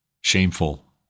shameful